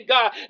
God